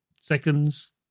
seconds